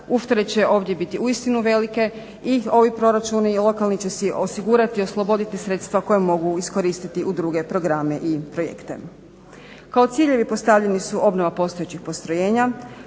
uštede će ovdje bit uistinu velike i ovi proračuni lokalni će se osigurati, oslobodit sredstva koja mogu iskoristiti u druge programe i projekte. Kao ciljevi postavljeni su obnova postojećih postrojenja,